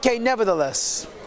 nevertheless